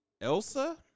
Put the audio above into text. Elsa